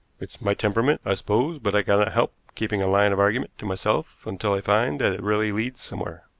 it's my temperament, i suppose, but i cannot help keeping a line of argument to myself until i find that it really leads somewhere.